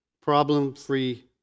problem-free